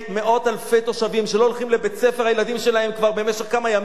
מאות אלפי תושבים שלא הולכים לבית-ספר הילדים שלהם כבר כמה ימים,